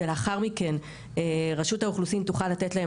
ולאחר מכן רשות האוכלוסין תוכל לתת להן